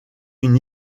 une